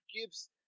gives